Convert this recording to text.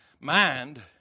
mind